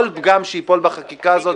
כל פגם שייפול בחקיקה הזאת,